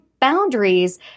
boundaries